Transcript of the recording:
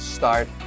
Start